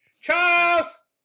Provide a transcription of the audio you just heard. Charles